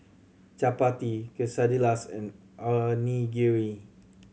Chapati Quesadillas and Onigiri